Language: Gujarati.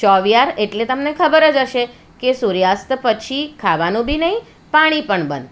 ચોવિહાર એટલે તમને ખબર જ હશે કે સૂર્યાસ્ત પછી ખાવાનું બી નહીં પાણી પણ બંધ